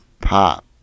Pop